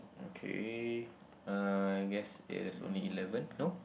okay uh I guess it has only eleven no